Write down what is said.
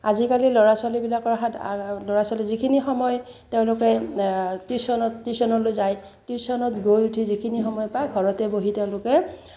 আজিকালি ল'ৰা ছোৱালীবিলাকৰ হাত ল'ৰা ছোৱালী যিখিনি সময় তেওঁলোকে টিউশনত টিউশ্যনলৈ যায় টিউশ্যনত গৈ উঠি যিখিনি সময় পায় ঘৰতে বহি তেওঁলোকে